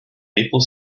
maple